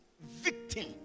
victim